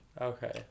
Okay